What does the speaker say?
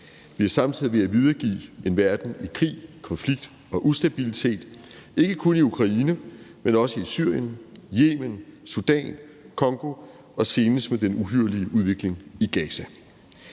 Vi er samtidig ved at videregive en verden i krig, konflikt og ustabilitet ikke kun i Ukraine, men også i Syrien, Yemen, Sudan, Congo og senest med den uhyrlige udvikling i Gaza.